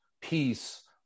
peace